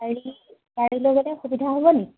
গাড়ী গাড়ী লৈ গ'লে সুবিধা হ'বনি